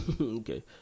Okay